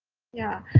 yeah,